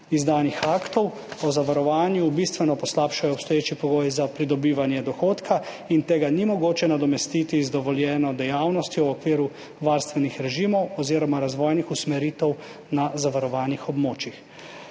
izdanih aktov o zavarovanju bistveno poslabšajo obstoječi pogoji za pridobivanje dohodka in tega ni mogoče nadomestiti z dovoljeno dejavnostjo v okviru varstvenih režimov oziroma razvojnih usmeritev na zavarovanih območjih.